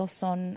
son